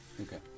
Okay